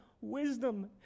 wisdom